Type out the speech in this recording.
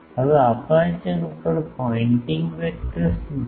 હવે અપેર્ચર ઉપર pointing vector શું છે